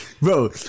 Bro